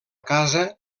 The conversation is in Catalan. casa